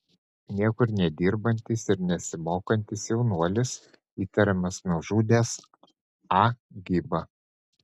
niekur nedirbantis ir nesimokantis jaunuolis įtariamas nužudęs a gibą